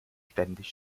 ständig